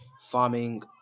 farming